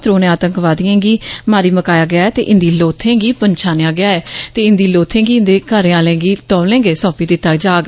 त्रौने आतंकवादियें गी मारी मकाया गेआ ऐ इन्दी लोथें गी पन्छानेआ गेआ ऐ ते इन्दी लोथें गी इंदे घरे आहले गी तौले गै सौंपी दित्ता जाग